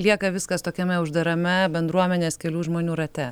lieka viskas tokiame uždarame bendruomenės kelių žmonių rate